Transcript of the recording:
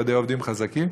ועדי עובדים חזקים,